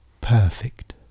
perfect